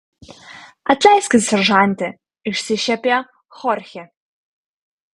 atleiskit seržante išsišiepė chorchė